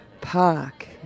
Park